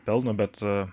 pelno bet